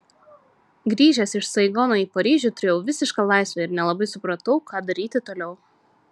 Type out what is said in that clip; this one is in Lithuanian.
grįžęs iš saigono į paryžių turėjau visišką laisvę ir nelabai supratau ką daryti toliau